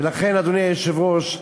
ולכן, אדוני היושב-ראש,